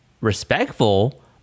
respectful